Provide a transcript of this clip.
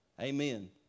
Amen